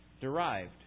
derived